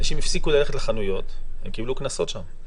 אנשים הפסיקו ללכת לחנויות, הם קיבלו שם קנסות,